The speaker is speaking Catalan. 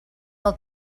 del